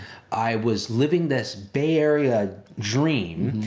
i was living this bay area dream,